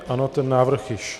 Ano, ten návrh již...